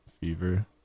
Fever